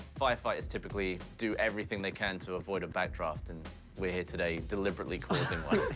firefighters typically do everything they can to avoid a backdraft and we're here today deliberately causing one.